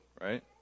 right